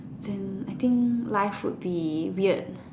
then I think life would be weird